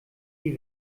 die